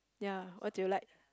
ya what do you like